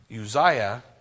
Uzziah